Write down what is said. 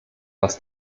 was